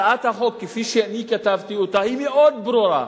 הצעת החוק כפי שאני כתבתי אותה היא מאוד ברורה.